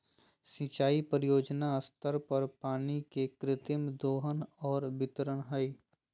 सिंचाई परियोजना स्तर पर पानी के कृत्रिम दोहन और वितरण हइ